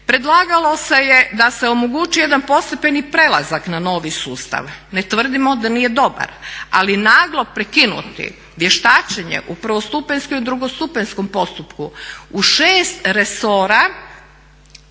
Predlagalo se je da se omogući jedan postepeni prelazak na novi sustav, ne tvrdimo da nije dobar, ali naglo prekinuti vještačenje u prvostupanjskoj i drugostupanjskom postupku u šest resora